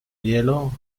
hielo